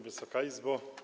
Wysoka Izbo!